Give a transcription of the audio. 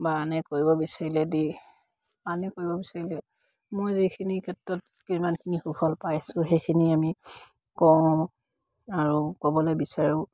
বা আনে কৰিব বিচাৰিলে দি আনে কৰিব বিচাৰিলে মই যিখিনি ক্ষেত্ৰত কিমানখিনি সুফল পাইছোঁ সেইখিনি আমি কওঁ আৰু ক'বলে বিচাৰোঁ